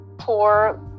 poor